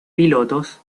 pilotos